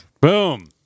Boom